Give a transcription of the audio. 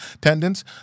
Tendons